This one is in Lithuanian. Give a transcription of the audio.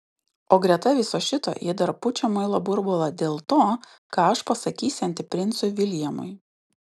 o greta viso šito ji dar pučia muilo burbulą dėl to ką aš pasakysianti princui viljamui